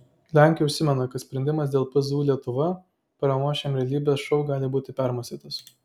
lenkai užsimena kad sprendimas dėl pzu lietuva paramos šiam realybės šou gali būti permąstytas